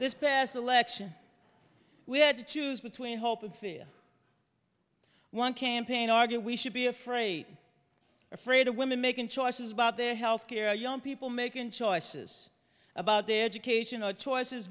this past election we had to choose between hope and fear one campaign argue we should be afraid afraid of women making choices about their health care young people making choices about their education or choices